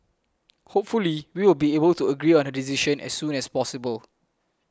hopefully we will be able to agree on a decision as soon as possible